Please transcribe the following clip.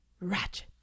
ratchet